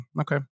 okay